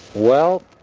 well,